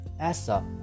Asa